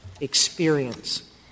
experience